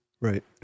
Right